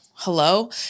Hello